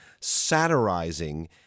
satirizing